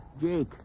Jake